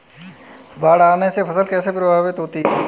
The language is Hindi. बाढ़ आने से फसल कैसे प्रभावित होगी?